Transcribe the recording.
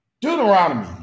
deuteronomy